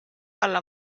alla